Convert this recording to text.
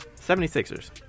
76ers